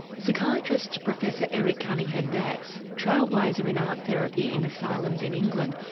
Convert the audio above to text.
psychiatrist professor eric cunningham dax, trailblazer in art therapy in asylums in england,